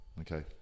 Okay